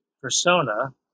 persona